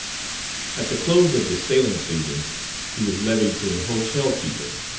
at the close of the sailing season he was levied to an hotel-keeper,